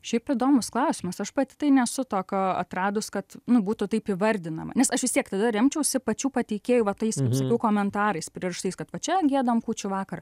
šiaip įdomus klausimas aš pati tai nesu tokio atradus kad nu būtų taip įvardinama nes aš vis tiek tada remčiausi pačių pateikėjų va tais kaip sakiau komentarais pririštais kad va čia giedam kūčių vakarą